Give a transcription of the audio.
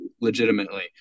legitimately